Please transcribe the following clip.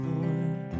Lord